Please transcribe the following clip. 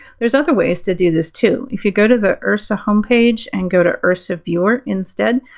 there's other ways to do this too. if you go to the irsa home page and go to irsa viewer instead,